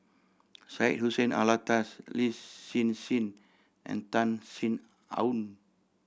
Syed Hussein Alatas Lin Hsin Hsin and Tan Sin Aun